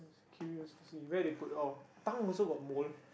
curious to see where they put all tongue also got mole